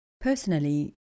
Personally